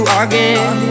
again